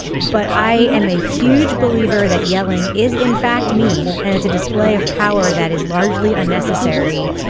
but i am a huge believer that yelling is in fact mean and it's a display of power that is largely unnecessary.